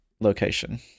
location